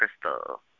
crystal